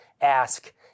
ask